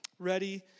ready